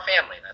family